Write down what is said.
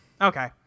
Okay